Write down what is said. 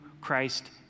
Christ